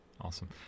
awesome